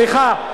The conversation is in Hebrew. סליחה,